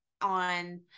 on